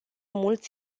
mult